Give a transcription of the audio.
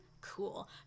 cool